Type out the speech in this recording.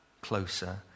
closer